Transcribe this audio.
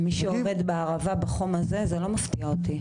מי שעובד בערבה בחום הזה - זה לא מפתיע אותי.